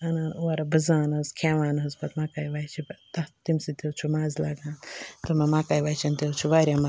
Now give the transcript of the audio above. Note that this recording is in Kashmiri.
اَنان اورٕ بٕزان حٕظ کھٮ۪وان حٕظ پتہٕ مَکایہِ وَچہِ تَتھ تَمہِ سۭتۍ تہِ حظ چھُ مَزٕ لَگان تِمن مَکایہِ وَچٮ۪ن تہِ حظ چھُ واریاہ مَزٕ